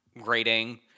grading